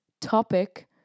topic